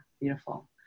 Beautiful